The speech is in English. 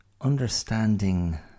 understanding